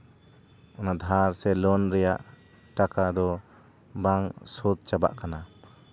ᱚᱱᱟ ᱫᱷᱟᱨ ᱥᱮ ᱞᱳᱱ ᱨᱮᱭᱟᱜ ᱴᱟᱠᱟ ᱫᱚ ᱵᱟᱝ ᱥᱟᱹᱫᱽ ᱪᱟᱵᱟᱜ ᱠᱟᱱᱟ